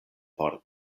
por